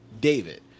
David